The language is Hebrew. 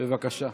בבקשה.